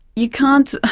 you can't,